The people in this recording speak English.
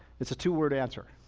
it's a two word answer.